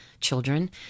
children